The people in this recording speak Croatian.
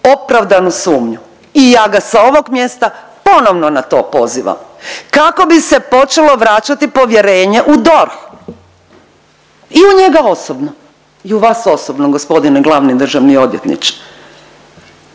opravdanu sumnju. I ja ga s ovog mjesta ponovno na to pozivam kako bi se počelo vraćati povjerenje u DORH i u njega osobno. I u vas osobno gospodine glavni državni odvjetniče.